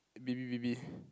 baby baby